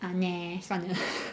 ah eh 算了